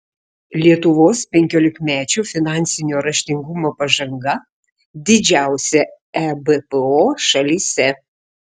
lietuvos penkiolikmečių finansinio raštingumo pažanga didžiausia ebpo šalyse